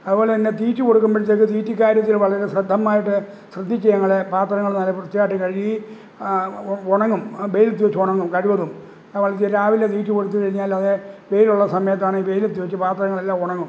അതുപോലെ തന്നെ തീറ്റി കൊടുക്കുമ്പോഴത്തേക്ക് തീറ്റി കാര്യത്തിൽ വളരെ ശ്രദ്ധമായിട്ട് ശ്രദ്ധിച്ച് ഞങ്ങള് പാത്രങ്ങള് നല്ല വൃത്തിയായിട്ട് കഴുകി ഉണങ്ങും വെയിലത്ത് വച്ചുണങ്ങും കഴിവതും രാവിലെ തീറ്റി കൊടുത്തുകഴിഞ്ഞാലത് വെയിലുള്ള സമയത്താണെങ്കിൽ വെയിലത്തുവച്ച് പാത്രങ്ങളെല്ലാം ഉണങ്ങും